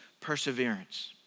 perseverance